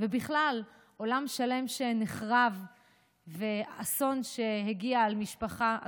ובכלל, עולם שלם שנחרב ואסון שהגיע למשפחה.